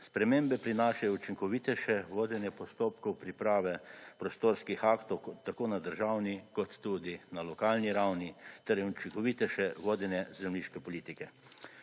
Spremembe prinašajo učinkovitejše vodenje postopkov priprave prostorskih aktov tako na državni kot tudi na lokalni ravni ter učinkovitejše vodenje zemljiške politike.